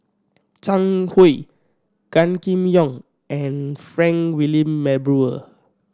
Zhang Hui Gan Kim Yong and Frank Wilmin Brewer